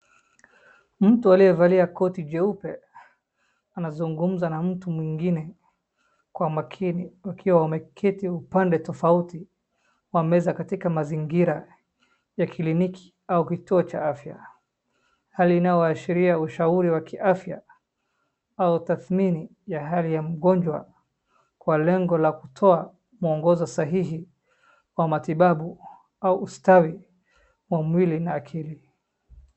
Mtu aliyevalia koti jeupe anazungumza na mtu mwingine kwa makini wakiwa wameketi upande tofauti wa meza katika mazingira ya kliniki au kituo cha afya, hali inayoashiria ushauri wa kiafya au tathmini ya hali ya mgonjwa kwa lengo la kutoa mwongozo sahihi kwa matibabu au ustawi wa mwili na akili.